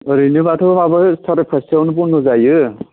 ओरैनोबाथ' बाब सारा फास्थायाव बन्द' जायो